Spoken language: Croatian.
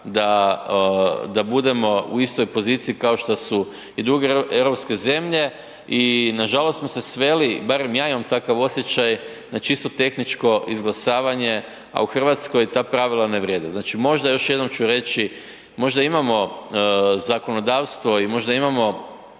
da budemo u istoj poziciji kao što su i druge europske zemlje. I nažalost smo se sveli, barem ja imam takav osjećaj na čisto tehničko izglasavanje, a u Hrvatskoj ta pravila ne vrijede. Znači, možda još jednom ću reći, možda imamo zakonodavstvo i možda imamo